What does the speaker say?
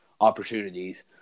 opportunities